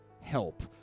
help